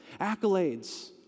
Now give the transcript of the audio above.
accolades